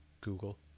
Google